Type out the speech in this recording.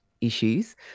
issues